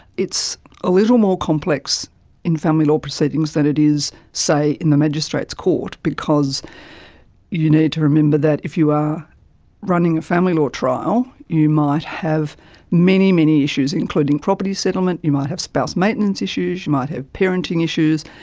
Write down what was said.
it's a little more complex in family law proceedings than it is, say, in the magistrates court because you need to remember that if you are running a family law trial you might have many, many issues, including property settlement, you might have spouse maintenance issues, you might have parenting issues,